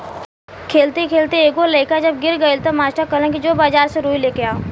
खेलते खेलते एगो लइका जब गिर गइलस त मास्टर कहलन कि जो बाजार से रुई लेके आवा